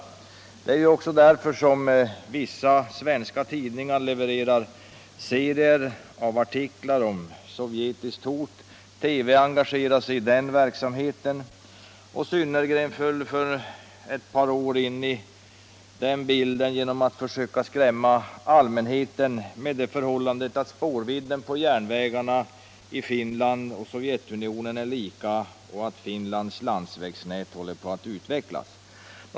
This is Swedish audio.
Det är också därför som vissa svenska tidningar levererar serier av artiklar om sovjetiskt hot. TV engagerar sig i den verksamheten, och Synnergren kom för ett par år sedan in i den bilden genom att försöka skrämma allmänheten med det förhållandet att spårvidden på järnvägarna i Finland och Sovjetunionen är lika och att Finlands landsvägsnät håller på att utvecklas.